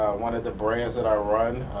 one of the brands that i run,